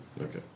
Okay